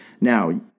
Now